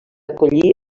acollir